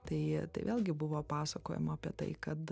tai tai vėlgi buvo pasakojama apie tai kad